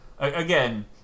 Again